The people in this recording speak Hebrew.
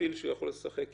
פרק זמן שהוא יכול לשחק איתו.